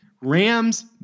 Rams